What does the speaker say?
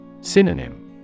Synonym